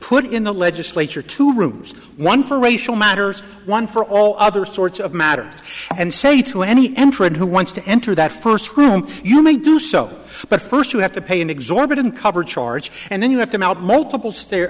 it in the legislature two rooms one for racial matters one for all other sorts of matter and say to any entrant who once to enter that first room you may do so but first you have to pay an exorbitant cover charge and then you have to mount multiple stair